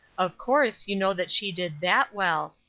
of course you know that she did that well.